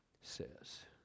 says